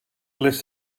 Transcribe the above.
les